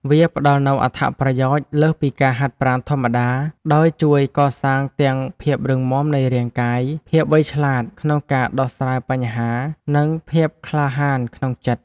វាផ្តល់នូវអត្ថប្រយោជន៍លើសពីការហាត់ប្រាណធម្មតា ដោយជួយកសាងទាំងភាពរឹងមាំនៃរាងកាយ ភាពវៃឆ្លាតក្នុងការដោះស្រាយបញ្ហា និងភាពក្លាហានក្នុងចិត្ត។